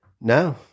No